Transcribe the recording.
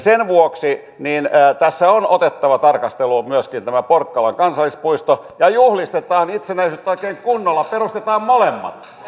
sen vuoksi tässä on otettava tarkasteluun myöskin tämä porkkalan kansallispuisto ja juhlistetaan itsenäisyyttä oikein kunnolla perustetaan molemmat